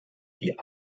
die